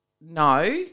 no